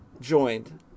Joined